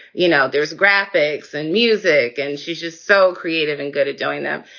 you know, there's graphics and music and she's just so creative and good at doing them.